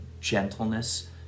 gentleness